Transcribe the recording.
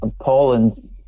Poland